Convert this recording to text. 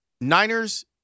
Niners